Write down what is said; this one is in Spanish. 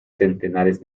centenares